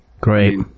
Great